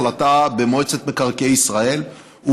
החלטה במועצת מקרקעי ישראל,